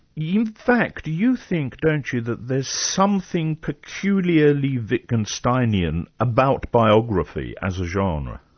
in fact you think, don't you, that there's something peculiarly wittgensteinian about biography as a genre?